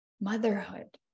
Motherhood